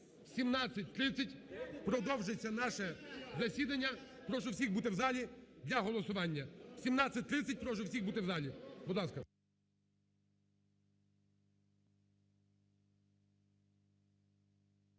О 17.30 продовжиться наше засідання, прошу всіх бути в залі для голосування. О 17.30 прошу всіх бути в залі, будь ласка.